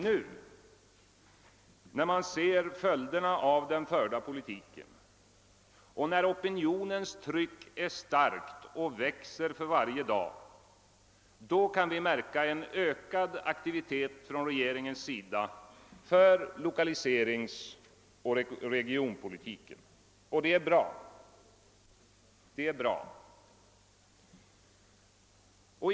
Då man nu ser följderna av den förda politiken och då opinionens tryck är starkt och för varje dag växer sig starkare kan man märka en ökad aktivitet från regeringens sida när det gäller lokaliseringsoch regionpolitiken, och detta är bra.